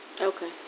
Okay